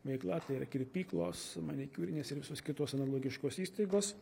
veikla tai yra kirpyklos manikiūrinės ir visos kitos analogiškos įstaigos